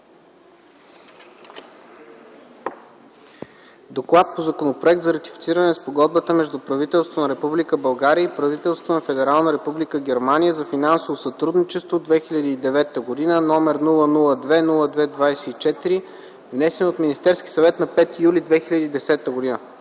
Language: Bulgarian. „ДОКЛАД по Законопроект за ратифициране на Спогодбата между правителството на Република България и правителството на Федерална република Германия за финансово сътрудничество (2006г.), № 002-02-24, внесен от Министерския съвет на 5 юли 2010г.